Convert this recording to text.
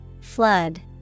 Flood